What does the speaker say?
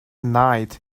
night